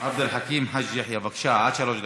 אני רוצה לצטט